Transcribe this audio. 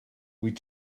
wyt